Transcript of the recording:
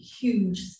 huge